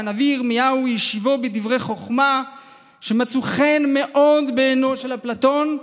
והנביא ירמיהו השיבו בדברי חוכמה שמצאו חן מאוד בעיניו של אפלטון.